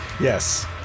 Yes